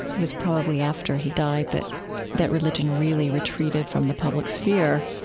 was probably after he died that that religion really retreated from the public sphere,